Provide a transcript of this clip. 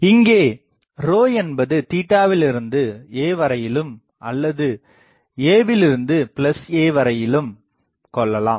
இங்கே என்பது 0விலிருந்து a வரையிலும் அல்லது a விலிருந்து a வரையிலும் கொள்ளலாம்